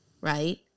right